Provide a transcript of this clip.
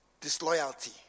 Disloyalty